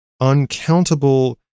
uncountable